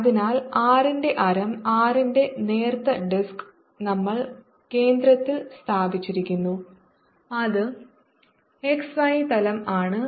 അതിനാൽ R ന്റെ ആരം R ന്റെ നേർത്ത ഡിസ്ക് നമ്മൾ കേന്ദ്രത്തിൽ സ്ഥാപിച്ചിരിക്കുന്നു അത് x y തലം ആണ്